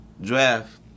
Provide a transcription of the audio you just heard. draft